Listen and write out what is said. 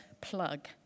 plug